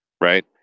right